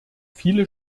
viele